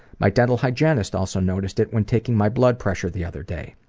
my dental hygienist also noticed it when taking my blood pressure the other day.